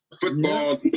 football